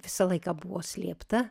visą laiką buvo slėpta